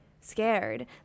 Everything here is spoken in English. scared